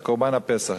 את קורבן הפסח.